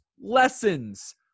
lessons